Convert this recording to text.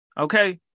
Okay